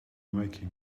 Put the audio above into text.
making